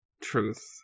truth